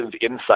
insight